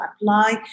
apply